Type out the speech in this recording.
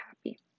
happy